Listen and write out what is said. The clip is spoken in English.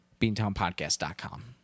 beantownpodcast.com